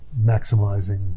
maximizing